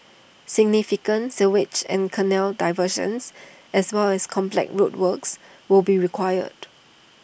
significant sewage and canal diversions as well as complex road works will be required